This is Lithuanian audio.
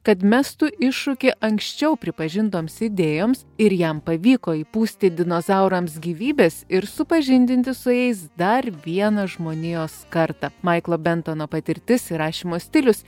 kad mestų iššūkį anksčiau pripažintoms idėjoms ir jam pavyko įpūsti dinozaurams gyvybės ir supažindinti su jais dar viena žmonijos kartą maiklo bentono patirtis ir rašymo stilius